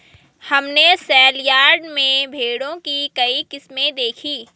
हमने सेलयार्ड में भेड़ों की कई किस्में देखीं